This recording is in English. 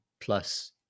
plus